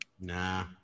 nah